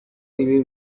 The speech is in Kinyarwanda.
ibi